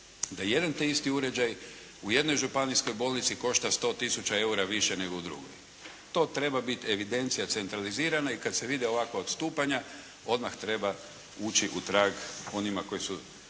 da jedan te isti uređaj u jednoj županijskoj bolnici košta 100 tisuća eura više nego u drugoj. To treba biti evidencija centralizirana i kada se vide ovakva odstupanja, odmah treba ući u trag onima koji su